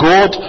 God